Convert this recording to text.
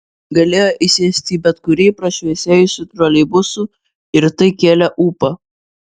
galėjo įsėsti į bet kurį prašviesėjusių troleibusų ir tai kėlė ūpą